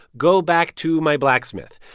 go back to my blacksmith.